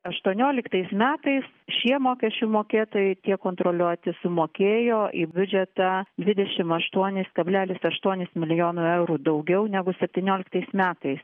aštuonioliktais metais šie mokesčių mokėtojai tie kontroliuoti sumokėjo į biudžetą dvidešim aštuonis kablelis aštuonis milijonų eurų daugiau negu septynioliktais metais